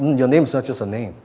your name is not just a name.